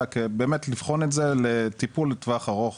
אלא באמת לבחון את זה לטיפול לטווח ארוך